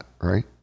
right